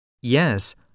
Yes